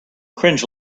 cringe